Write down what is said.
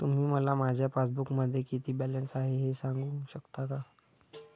तुम्ही मला माझ्या पासबूकमध्ये किती बॅलन्स आहे हे सांगू शकता का?